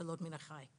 השתלות מן החי.